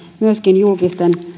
myöskin julkisten